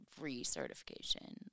recertification